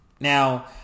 Now